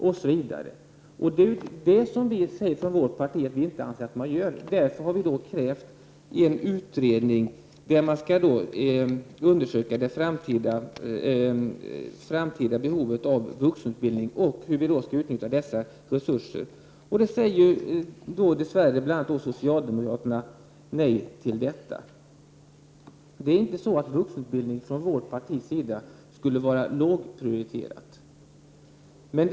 Från vårt parti anser vi inte att de utnyttjas på rätt sätt. Därför har vi krävt en utredning där man undersöker det framtida behovet av vuxenutbildning och hur dessa resurser i fortsättningen skall utnyttjas. Det säger dess värre bl.a. socialdemokraterna nej till. Det är inte så att vuxenutbildning är lågprioriterad från vårt partis sida.